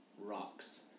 rocks